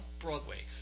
Broadway